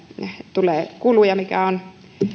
tulee kuluja mikä on